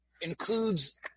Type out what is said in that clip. includes